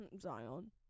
Zion